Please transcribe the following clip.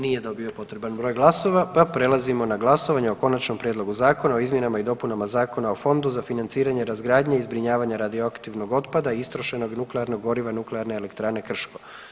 Nije dobio potreban broj glasova pa prelazimo na glasovanje o Konačnom prijedlogu zakona o izmjenama i dopunama Zakona o Fondu za financiranje razgradnje i zbrinjavanja radioaktivnog otpada i istrošenoga nuklearnog goriva Nuklearne elektrane Krško.